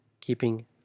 Keeping